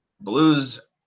Blues